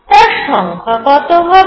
তার সংখ্যা কত হবে